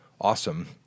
awesome